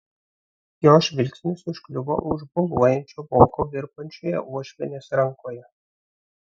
jo žvilgsnis užkliuvo už boluojančio voko virpančioje uošvienės rankoje